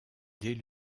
dès